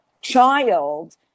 child